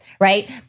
right